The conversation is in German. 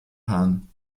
hahn